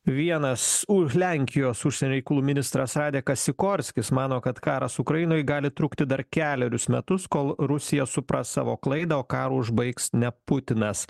vienas už lenkijos užsienio reikalų ministras radekas sikorskis mano kad karas ukrainoj gali trukti dar kelerius metus kol rusija supras savo klaidą o karą užbaigs ne putinas